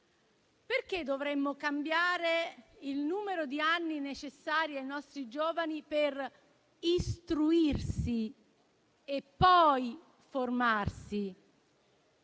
Perché dovremmo cambiare il numero di anni necessari ai nostri giovani per istruirsi e poi formarsi?